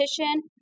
petition